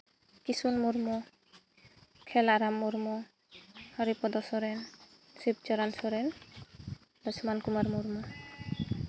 Kisun Murmu Khelaram Murmu Haripodo Soren Sibcharan Soren Lakshman Kumar Murmu